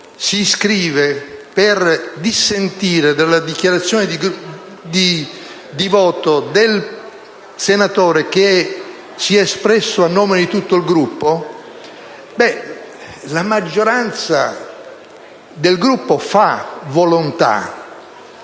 si iscrive per dissentire dalla dichiarazione di voto del senatore che poco prima si è espresso a nome di tutto il Gruppo, è la maggioranza del Gruppo che ne